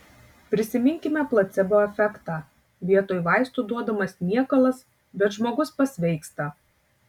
prisiminkime placebo efektą vietoj vaistų duodamas niekalas bet žmogus pasveiksta